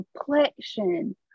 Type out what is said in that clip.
complexion